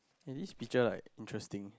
can this picture like interesting